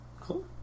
Cool